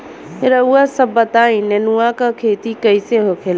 रउआ सभ बताई नेनुआ क खेती कईसे होखेला?